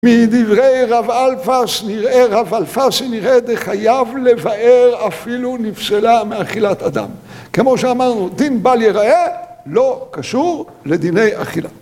מדברי רב אלפס נראה, רב אלפסי נראה, דחייב לבאר אפילו נפסלה מאכילת אדם. כמו שאמרנו, דין בל ייראה לא קשור לדיני אכילה.